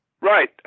Right